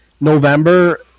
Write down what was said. November